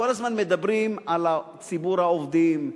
כל הזמן מדברים על ציבור העובדים,